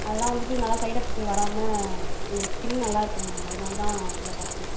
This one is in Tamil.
அதெல்லாம் வந்துட்டு நல்லா சைடு எஃபெக்ட்ஸ் வராமல் உங்களுக்கு ஸ்கின் நல்லா இருக்கும்மா அதனால தான் இவ்வளோ காஸ்ட்லி